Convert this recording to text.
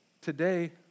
today